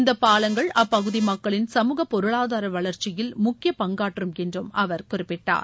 இந்த பாலங்கள் அப்பகுதி மக்களின் சமூக பொருளாதார வளர்ச்சியில் முக்கிய பங்காற்றும் என்று அவர் குறிப்பிட்டார்